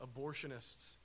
abortionists